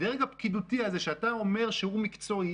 הדרג הפקידותי הזה שאתה אומר שהוא מקצועי,